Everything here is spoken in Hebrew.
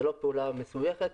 זה לא פעולה מסובכת.